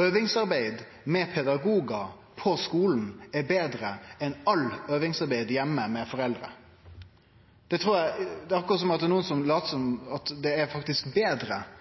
Øvingsarbeid med pedagogar på skulen er betre enn alt øvingsarbeid heime med foreldre. Det er akkurat som om nokon latar som om det faktisk er betre å drive øving i skulearbeid heime – det